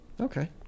Okay